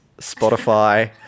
Spotify